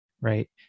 right